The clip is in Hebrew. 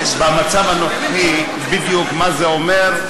במצב הנוכחי מה זה בדיוק אומר,